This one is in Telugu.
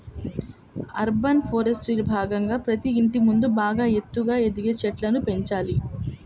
అర్బన్ ఫారెస్ట్రీలో భాగంగా ప్రతి ఇంటి ముందు బాగా ఎత్తుగా ఎదిగే చెట్లను పెంచాలి